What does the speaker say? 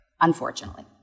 unfortunately